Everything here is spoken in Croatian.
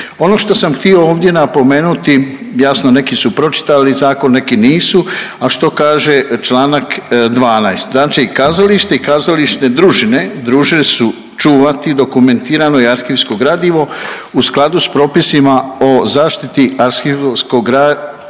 Ono što sam htio ovdje napomenuti, jasno neki su pročitali zakon, neki nisu a što kaže članak 12.? Znači kazalište i kazališne družine dužne su čuvati dokumentirano i arhivsko gradivo u skladu sa propisima o zaštiti arhivskog gradiva